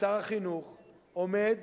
ששר החינוך עומד